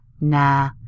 Nah